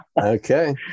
Okay